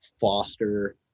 foster